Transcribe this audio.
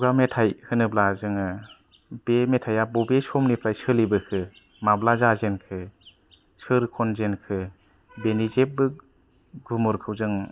खुगा मेथाइ होनोब्ला जोङो बे मेथाइ आ बबे समनिफ्राइ सोलिबोखो माब्ला जाजेनखो सोर खनजेनखो बेनि जेबो गुमुरखौ जों